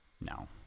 No